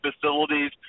facilities